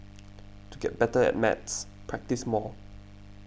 to get better at maths practise more